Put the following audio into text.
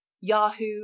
Yahoo